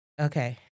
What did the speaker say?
okay